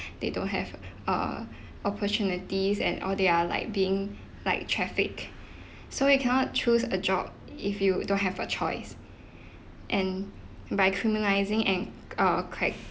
they don't have uh opportunities and all they're like being like traffic so you cannot choose a job if you don't have a choice and by criminalising and uh crack